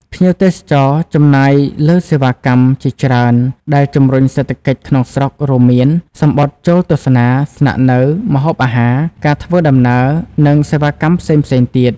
ភ្ញៀវទេសចរចំណាយលើសេវាកម្មជាច្រើន ដែលជំរុញសេដ្ឋកិច្ចក្នុងស្រុក រួមមាន សំបុត្រចូលទស្សនា ស្នាក់នៅ ម្ហូបអាហារ ការធ្វើដំណើរ និងសេវាកម្មផ្សេងៗទៀត។